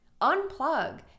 Unplug